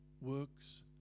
Works